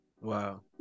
Wow